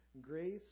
grace